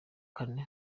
kane